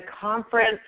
conference